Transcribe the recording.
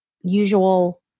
usual